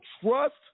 trust